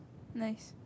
nice